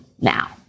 now